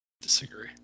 Disagree